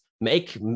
make